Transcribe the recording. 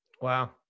wow